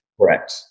Correct